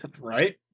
Right